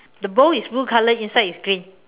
the bow is blue color inside is green